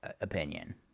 opinion